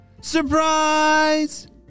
Surprise